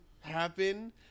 happen